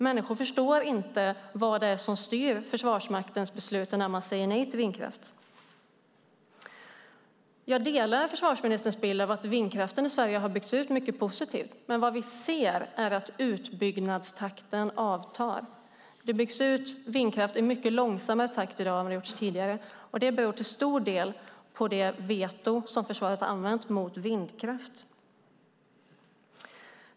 Människor förstår inte vad som styr Försvarsmaktens beslut, när man säger nej till vindkraft. Jag delar försvarsministers bild av att vindkraften i Sverige har byggts ut mycket positivt. Men vad vi ser är att utbyggnadstakten avtar. Vindkraften byggs ut i mycket långsammare takt i dag än tidigare. Det beror till stor del på det veto som försvaret har använt mot vindkraften.